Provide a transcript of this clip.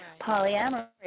Polyamory